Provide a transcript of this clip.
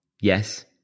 Yes